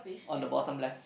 on the bottom left